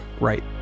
right